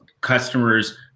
customers